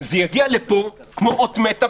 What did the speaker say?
זה יגיע לפה כמו אות מתה,